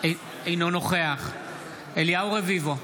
אינו נוכח אליהו רביבו,